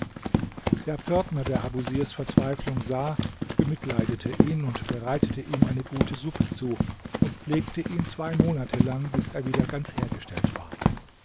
der pförtner der abusirs verzweiflung sah bemitleidete ihn bereitete ihm eine gute suppe zu und pflegte ihn zwei monate lang bis er wieder ganz hergestellt war